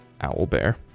Owlbear